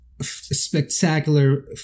spectacular